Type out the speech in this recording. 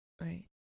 Right